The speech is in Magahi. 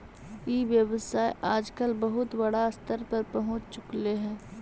ई व्यवसाय आजकल बहुत बड़ा स्तर पर पहुँच चुकले हइ